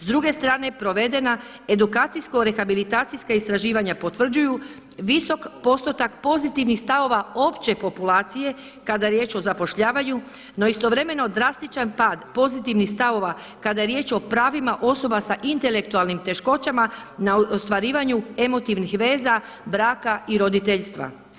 S druge strane provedena edukacijsko, rehabilitacijska istraživanja potvrđuju visok postotak pozitivnih stavova opće populacije kada je riječ o zapošljavanju no istovremeno drastičan pad pozitivnih stavova kada je riječ o pravima osoba sa intelektualnim teškoćama na ostvarivanju emotivnih veza, braka i roditeljstva.